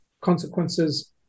consequences